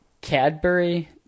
Cadbury